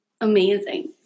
Amazing